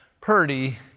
purdy